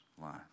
life